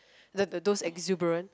the the those exuberant